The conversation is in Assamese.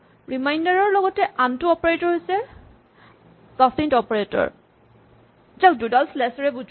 ৰিমাইন্ডাৰ ৰ লগৰে আনটো অপাৰেটৰ হৈছে কচেইন্ট অপাৰেটৰ যাক দুডাল স্লেচ এৰে বুজোৱা হয়